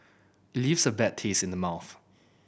it leaves a bad taste in the mouth